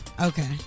Okay